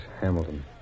Hamilton